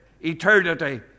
Eternity